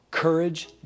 courage